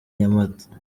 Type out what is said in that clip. nyamata